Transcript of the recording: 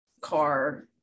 car